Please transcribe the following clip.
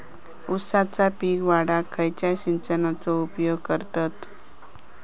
ऊसाचा पीक वाढाक खयच्या सिंचनाचो उपयोग करतत?